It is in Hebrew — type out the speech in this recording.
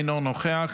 אינו נוכח,